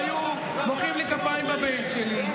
והיו מוחאים לי כפיים בבייס שלי.